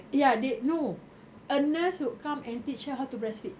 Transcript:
ya they no a nurse will come and teach her how to breastfeed